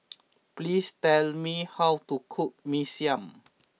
please tell me how to cook Mee Siam